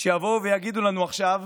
שיבואו ויגידו לנו עכשיו